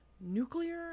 nuclear